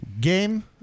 Game